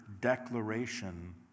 declaration